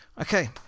Okay